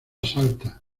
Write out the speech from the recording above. salta